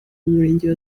murenge